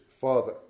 father